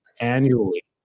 annually